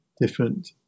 different